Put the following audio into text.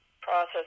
process